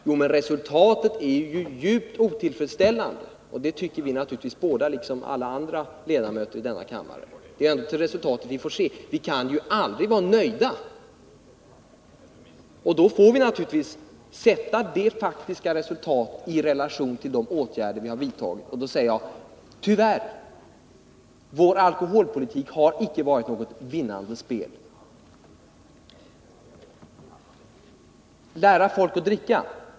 Ja, men resultatet är ju djupt otillfredsställande, och det tycker vi naturligtvis båda, liksom alla andra ledamöter av denna kammare. Det är alltså till resultatet vi får se. Vi kan aldrig vara nöjda, men vi får se det faktiska resultatet i relation till de åtgärder som vi har vidtagit, och då säger jag: Tyvärr, vår alkoholpolitik har inte varit något vinnande spel. Kan man då lära folk att dricka?